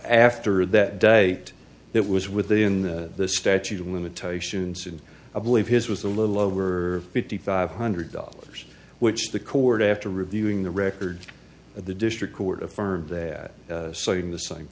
after that date that was within the statute of limitations and i believe his was a little over fifty five hundred dollars which the court after reviewing the record at the district court affirmed that citing the same